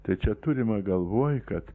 tai čia turima galvoj kad